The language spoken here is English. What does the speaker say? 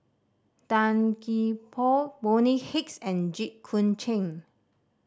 Tan Gee Paw Bonny Hicks and Jit Koon Ch'ng